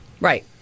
Right